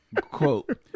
quote